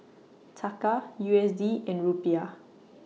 Taka U S D and Rupiah